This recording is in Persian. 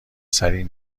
سریع